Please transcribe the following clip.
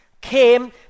came